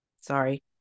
Sorry